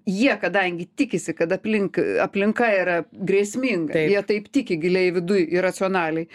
jie kadangi tikisi kad aplink aplinka yra grėsminga jie taip tiki giliai viduj irracionaliai